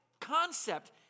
concept